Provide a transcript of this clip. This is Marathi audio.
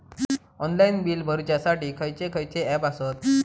ऑनलाइन बिल भरुच्यासाठी खयचे खयचे ऍप आसत?